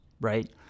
Right